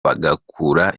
bagakura